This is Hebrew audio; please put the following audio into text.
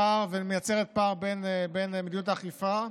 ומייצרת פער במדיניות האכיפה,